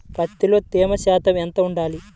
పత్తిలో తేమ శాతం ఎంత ఉండాలి?